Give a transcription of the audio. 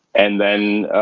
and then